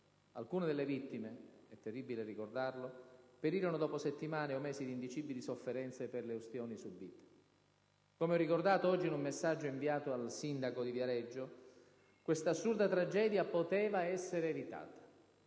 Alcune delle vittime - è terribile ricordarlo - perirono dopo settimane o mesi di indicibili sofferenze per le ustioni subite. Come ho ricordato oggi in un messaggio inviato al sindaco di Viareggio, questa assurda tragedia poteva essere evitata.